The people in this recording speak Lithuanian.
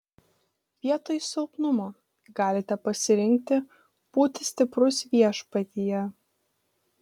vietoj silpnumo galite pasirinkti būti stiprus viešpatyje